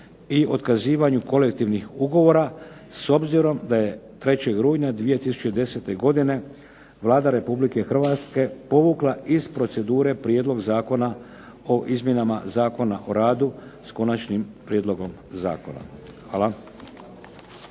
i otkazivanju kolektivnih ugovora s obzirom da je 3. rujna 2010. godine Vlada Republike Hrvatske povukla iz procedure prijedlog Zakona o izmjenama Zakona o radu s konačnim prijedlogom zakona. Hvala.